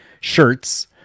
shirts